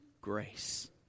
grace